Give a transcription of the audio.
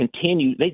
continue –